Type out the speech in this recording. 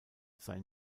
sei